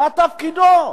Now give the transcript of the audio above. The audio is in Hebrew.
מה תפקידו?